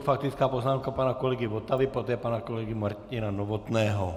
Faktická poznámka pana kolegy Votavy, poté pana kolegy Martina Novotného.